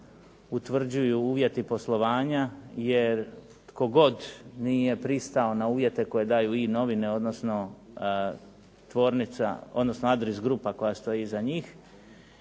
utvrđuju uvjeti poslovanja. Jer tko god nije pristao na uvjete koje daju i-Novine odnosno tvornica, odnosno Adris grupa koja stoji iza njih